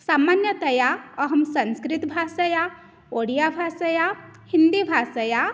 सामान्यतया अहं संस्कृतभाषया ओडिया भाषया हिन्दीभाषया